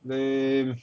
lame